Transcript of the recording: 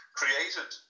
created